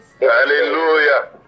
Hallelujah